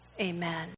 Amen